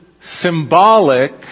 symbolic